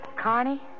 Carney